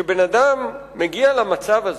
כשבן-אדם מגיע למצב הזה,